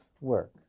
work